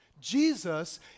Jesus